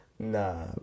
Nah